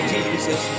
Jesus